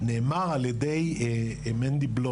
נאמר על ידי מנדי ב.